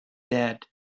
that